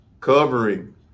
Covering